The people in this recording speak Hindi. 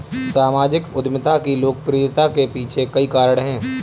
सामाजिक उद्यमिता की लोकप्रियता के पीछे कई कारण है